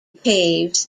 caves